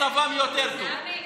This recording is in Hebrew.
מצבם יותר טוב,